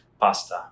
Pasta